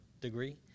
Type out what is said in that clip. degree